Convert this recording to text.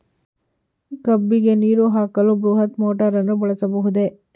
ಕಬ್ಬಿಗೆ ನೀರು ಹಾಕಲು ಬೃಹತ್ ಮೋಟಾರನ್ನು ಬಳಸಬಹುದೇ?